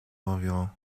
environ